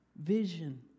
vision